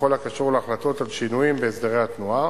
בכל הקשור להחלטות על שינויים בהסדרי תנועה.